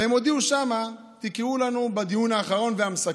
והם הודיעו שם: תקראו לנו בדיון האחרון והמסכם.